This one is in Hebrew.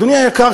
אדוני היקר,